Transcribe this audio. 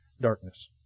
darkness